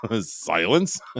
Silence